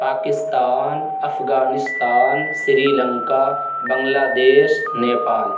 Pakistan Afghanistan Sri Lanka Bangladesh Nepal